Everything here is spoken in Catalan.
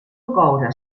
coure